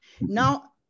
now